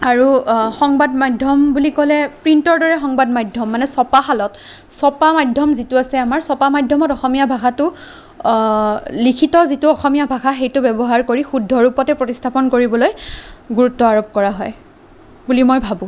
আৰু সংবাদ মাধ্য়ম বুলি ক'লে প্ৰিন্টৰ দৰে সংবাদমাধ্য়ম মানে ছপাশালত ছপা মাধ্য়ম যিটো আছে আমাৰ ছপা মাধ্য়মত অসমীয়া ভাষাটো লিখিত যিটো অসমীয়া ভাষা সেইটো ব্য়ৱহাৰ কৰি শুদ্ধ ৰূপতে প্ৰতিস্থাপন কৰিবলৈ গুৰুত্ব আৰূপ কৰা হয় বুলি মই ভাবোঁ